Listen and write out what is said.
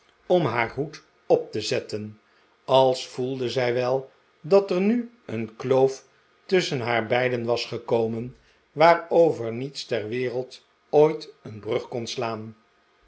om haar hoed op te zetten als voelde zij wel dat er nu een kloof tusschen haar beiden was gekomen waarover niets ter wereld ooit een brug kon slaan